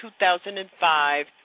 2005